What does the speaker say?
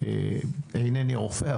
אינני רופא,